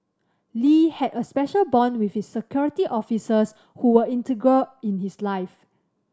Lee had a special bond with his Security Officers who were integral in his life